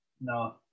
No